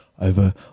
over